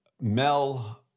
Mel